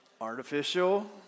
Artificial